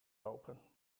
lopen